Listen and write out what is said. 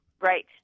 Right